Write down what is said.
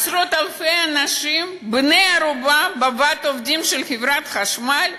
עשרות-אלפי אנשים בני-ערובה של ועד העובדים של חברת החשמל?